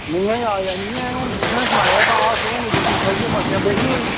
निं अजें आया निं ऐ हून तुसें सनाया तां अस हून रूट्टी खाइयै गै मसां बैह्ल्ले होए